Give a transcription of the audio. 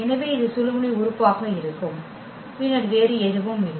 எனவே இது சுழுமுனை உறுப்பு ஆக இருக்கும் பின்னர் வேறு எதுவும் இல்லை